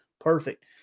perfect